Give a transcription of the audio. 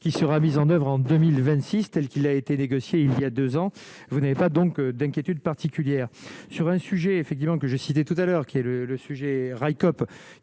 qui sera mis en oeuvre en 2026 telle qu'il a été négocié, il y a 2 ans, vous n'avez pas donc d'inquiétude particulière sur un sujet effectivement que je citais tout à l'heure qu'il est le le sujet